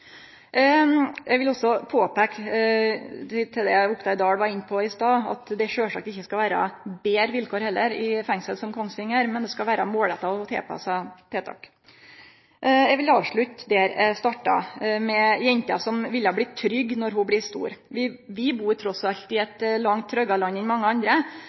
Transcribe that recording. eg òg påpeike at det sjølvsagt ikkje skal vere betre vilkår i fengsel som Kongsvinger, men at det skal vere målretta og tilpassa tiltak. Eg vil avslutte der eg starta, med jenta som ville bli trygg når ho blir stor. Vi bur i eit langt tryggare land enn mange andre,